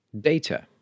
data